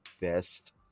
best